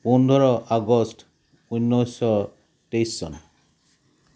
পোন্ধৰ আগষ্ট ঊনৈছশ তেইছ চন